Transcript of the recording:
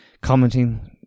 commenting